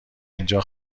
اینجا